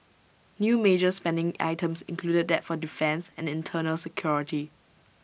new major spending items included that for defence and internal security